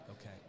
Okay